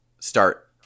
start